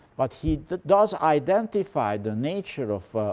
but he does identify the nature of